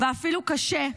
ואפילו קשה.